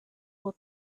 will